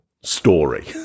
story